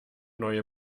neue